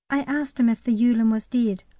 i asked him if the yewlan was dead.